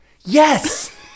Yes